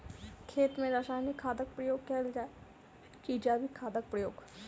खेत मे रासायनिक खादक प्रयोग कैल जाय की जैविक खादक प्रयोग?